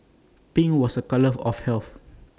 pink was A colour of health